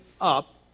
up